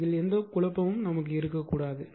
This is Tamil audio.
எனவே எந்த குழப்பமும் இருக்கக்கூடாது